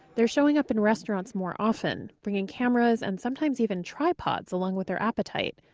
they're showing up in restaurants more often, bringing cameras, and sometimes even tripods, along with their appetite.